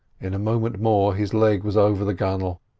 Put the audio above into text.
in a moment more his leg was over the gunwale,